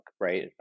right